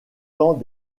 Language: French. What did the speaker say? temps